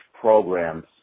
program's